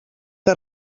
que